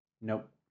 Nope